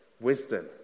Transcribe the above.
wisdom